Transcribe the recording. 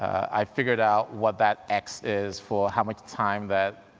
i figured out what that x is for how much time that,